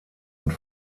und